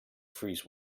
freeze